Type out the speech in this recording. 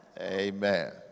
Amen